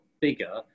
bigger